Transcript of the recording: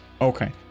okay